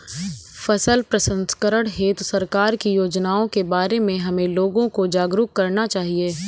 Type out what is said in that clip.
फसल प्रसंस्करण हेतु सरकार की योजनाओं के बारे में हमें लोगों को जागरूक करना चाहिए